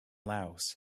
laos